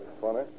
funny